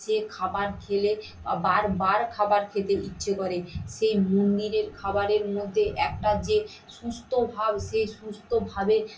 সে খাবার খেলে বারবার খাবার খেতে ইচ্ছে করে সেই মন্দিরের খাবারের মধ্যে একটা যে সুস্থভাব সেই সুস্থভাবে